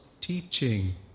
teaching